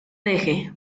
deje